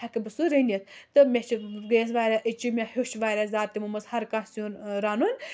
ہٮ۪کہٕ بہٕ سُہ رٔنِتھ تہٕ مےٚ چھِ گٔیَس واریاہ اَچیٖو مےٚ ہیوٚچھ واریاہ زیادٕ تِمو منٛز ہَرٕ کانٛہہ سیُن رَنُن